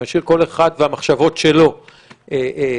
משאיר כל אחד והמחשבות שלו לזה.